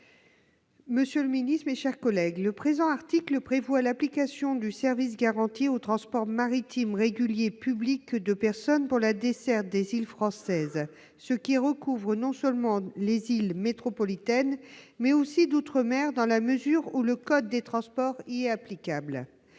pour présenter l'amendement n° 24. Le présent article prévoit l'application du service garanti aux transports maritimes réguliers publics de personnes pour la desserte des îles françaises, ce qui recouvre non seulement les îles métropolitaines, mais aussi les îles d'outre-mer dans la mesure où le code des transports y est applicable.